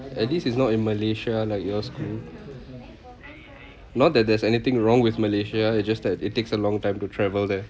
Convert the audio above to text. this is not in malaysia like your school not that there's anything wrong with malaysia it just that it takes a long time to travel there